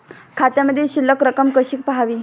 खात्यामधील शिल्लक रक्कम कशी पहावी?